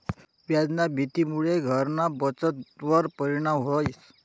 व्याजना भीतीमुये घरना बचतवर परिणाम व्हस